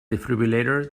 defibrillator